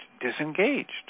disengaged